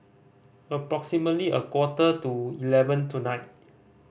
approximately a quarter to eleven tonight